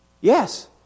Yes